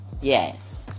Yes